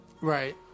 right